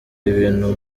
ibintu